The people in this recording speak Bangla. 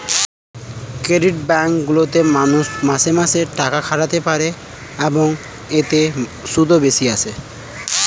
ক্রেডিট ব্যাঙ্ক গুলিতে মানুষ মাসে মাসে টাকা খাটাতে পারে, এবং এতে সুদও বেশি আসে